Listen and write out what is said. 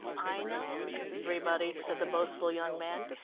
i know everybody, said the boastful young man,